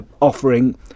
offering